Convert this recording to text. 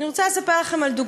אני רוצה להביא לכם דוגמה.